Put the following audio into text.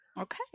Okay